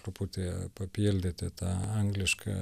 truputį papildyti tą anglišką